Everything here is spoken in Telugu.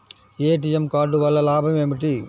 ఏ.టీ.ఎం కార్డు వల్ల లాభం ఏమిటి?